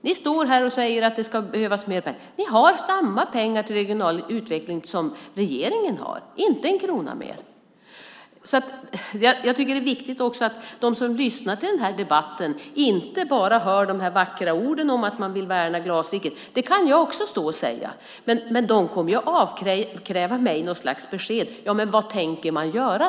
Ni står här och säger att det behövs mer pengar. Ni har samma pengar till regional utveckling som regeringen har, inte en krona mer. Jag tycker att det är viktigt också att de som lyssnar till den här debatten inte bara hör de vackra orden om att man vill värna Glasriket. Det kan jag också stå här och säga. Men då kommer de ju att avkräva mig något slags besked om vad vi tänker göra.